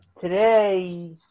today